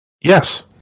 Yes